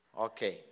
Okay